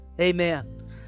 Amen